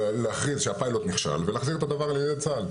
להכריז שהפיילוט נכשל ולהחזיר את הדבר לצה"ל.